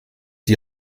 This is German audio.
die